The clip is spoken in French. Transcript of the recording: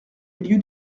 milieu